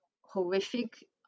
horrific